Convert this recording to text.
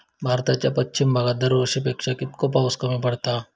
भारताच्या पश्चिम भागात दरवर्षी पेक्षा कीतको पाऊस कमी पडता?